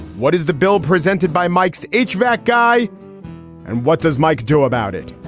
what is the bill presented by mykes h back guy and what does mike do about it?